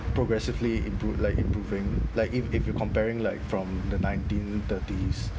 progressively impro~ like improving like if if you comparing like from the nineteen thirties